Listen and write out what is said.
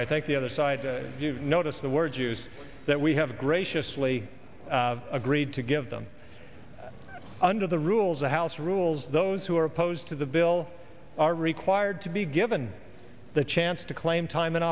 think the other side if you've noticed the word use that we have graciously agreed to give them under the rules the house rules those who are opposed to the bill are required to be given the chance to claim time in